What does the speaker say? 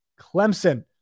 Clemson